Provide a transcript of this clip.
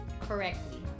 correctly